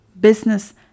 business